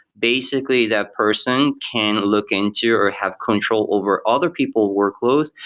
basically that person can look into or have control over other people workloads,